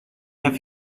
have